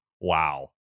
Wow